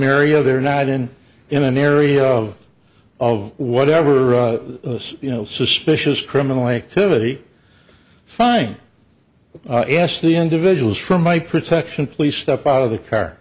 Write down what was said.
area they're not in in an area of of whatever you know suspicious criminal activity find yes the individuals from my protection please step out of the car